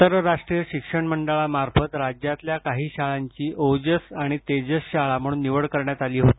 आंतरराष्ट्रीय शिक्षण मंडळामार्फत राज्यातल्या काही शाळांची ओजस आणि तेजस शाळा म्हणून निवड करण्यात आली होती